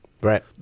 Right